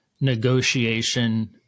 negotiation